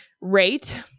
Rate